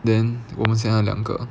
then 我们现在两个